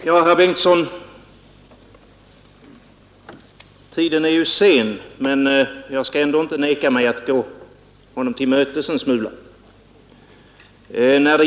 Herr talman! Tiden är ju sen, men jag skall ändå inte neka mig att gå herr Torsten Bengtson till mötes en smula.